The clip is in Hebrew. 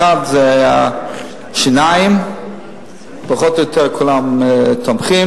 אחת היא השיניים, פחות או יותר כולם תומכים,